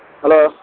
hello